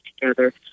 together